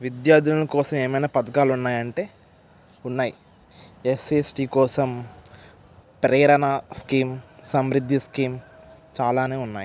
విద్యార్థినుల కోసం ఏమైనా పథకాలు ఉన్నాయి అంటే ఉన్నాయి ఎస్సి ఎస్టీ కోసం ప్రేరణ స్కీమ్ సమృద్ధి స్కీమ్ చాలానే ఉన్నాయి